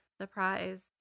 Surprise